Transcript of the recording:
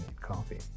coffee